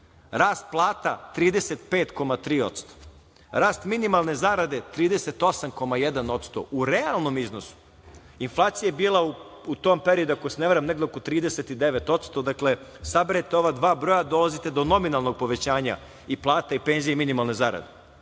rast plata 35,3%, rast minimalne zarade 38,1% u realnom iznosu. Inflacija je bila u tom periodu ako se ne varam negde oko 39%, dakle, saberete ova dva broja i dolazite do nominalnog povećanja i plata i penzija i minimalne zarade. Onda